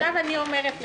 אני אומרת לך,